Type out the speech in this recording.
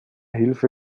hilfe